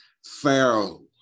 Pharaoh